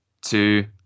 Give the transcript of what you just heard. two